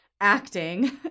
acting